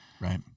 right